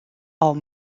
are